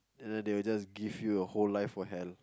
and then they will just give you a whole life for hell